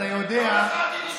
לא מכרתי את נשמתי אליך, ישראל.